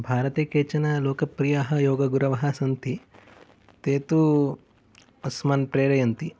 भारते केचन लोकप्रियाः योगगुरवः सन्ति ते तु अस्मान् प्रेरयन्ति